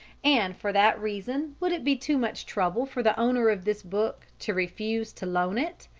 and for that reason would it be too much trouble for the owner of this book to refuse to loan it,